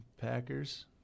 Packers